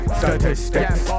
statistics